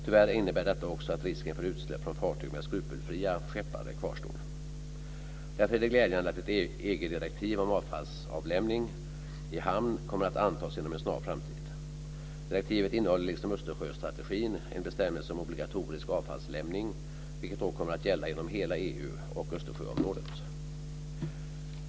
Tyvärr innebär detta också att risken för utsläpp från fartyg med skrupelfria skeppare kvarstår. Därför är det glädjande att ett EG-direktiv om avfallsavlämning i hamn kommer att antas inom en snar framtid. Direktivet innehåller liksom Östersjöstrategin en bestämmelse om obligatorisk avfallslämning, vilket då kommer att gälla inom hela EU och Östersjöområdet.